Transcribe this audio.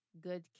good